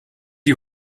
die